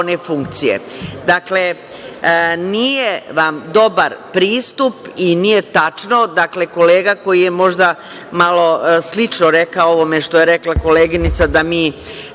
nije vam dobar pristup i nije tačno, dakle, kolega koji je možda malo slično rekao ovome što je rekla koleginica da ne